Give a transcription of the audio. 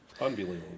Unbelievable